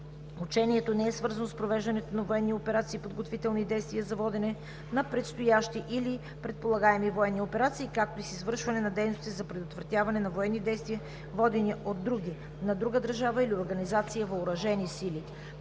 Учението не е свързано с провеждането на военни операции, подготвителни действия за водене на предстоящи или предполагаеми военни операции, както и с извършване на дейности за предотвратяването на военни действия, водени от други (на друга държава или организация) въоръжени сили.